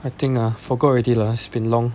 I think ah forgot already lah it's been long